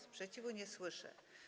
Sprzeciwu nie słyszę.